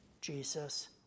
Jesus